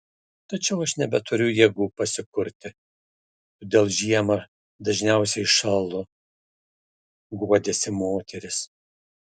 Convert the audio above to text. tačiau aš nebeturiu jėgų pasikurti todėl žiemą dažniausiai šąlu guodėsi moteris